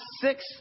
six